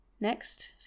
next